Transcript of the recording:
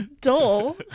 dull